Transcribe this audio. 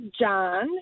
John